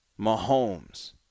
Mahomes